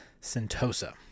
Sentosa